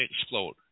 explode